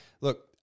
look